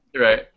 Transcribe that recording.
Right